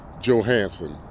Johansson